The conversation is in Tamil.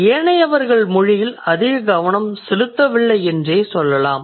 ஏனையவர்கள் மொழியில் அதிக கவனம் செலுத்தவில்லை என்றே சொல்லலாம்